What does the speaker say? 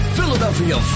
Philadelphia